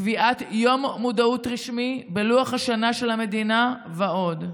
קביעת יום מודעות רשמי בלוח השנה של המדינה ועוד.